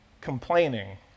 complaining